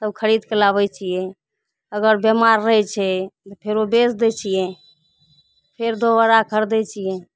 तब खरीद कऽ लाबै छियै अगर बिमाड़ रहै छै तऽ फेरो बेच दै छियै फेर दोबारा खरीदै छियै